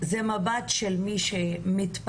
זה מבט של מי שמתפלאת.